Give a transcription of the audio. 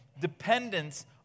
dependence